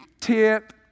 tip